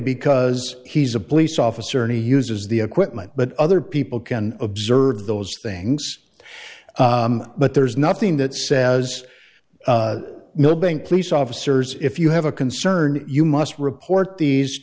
because he's a police officer and he uses the equipment but other people can observe those things but there is nothing that says milbank police officers if you have a concern you must report these